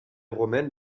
romaine